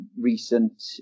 recent